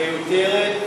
מיותרת,